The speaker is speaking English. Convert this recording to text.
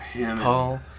Paul